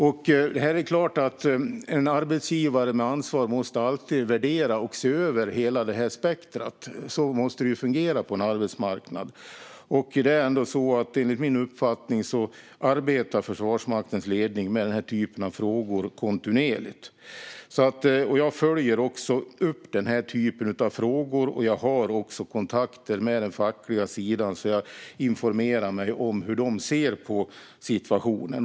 Det är klart att en arbetsgivare med ansvar alltid måste värdera och se över hela spektrumet. Så måste det fungera på en arbetsmarknad. Enligt min uppfattning arbetar Försvarsmaktens ledning kontinuerligt med denna typ av frågor. Jag följer också upp denna typ av frågor, och jag har också kontakter med den fackliga sidan så att jag informerar mig om hur de ser på situationen.